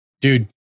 dude